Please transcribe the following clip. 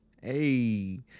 Hey